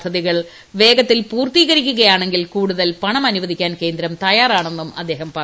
പദ്ധതികൾ വേഗത്തിൽ പൂർത്തീകരിക്കുകയാണെങ്കിൽ കൂടുതൽ പണം അനുവദിക്കാൻ കേന്ദ്രം തയ്യാറാണെന്നും അദ്ദേഹം പറഞ്ഞു